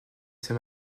c’est